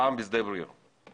הפעם בשדה בריר.